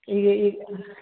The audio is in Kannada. ಈಗ ಈಗ